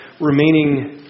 remaining